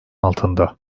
altında